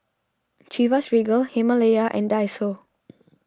Chivas Regal Himalaya and Daiso